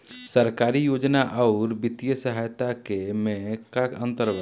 सरकारी योजना आउर वित्तीय सहायता के में का अंतर बा?